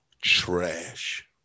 trash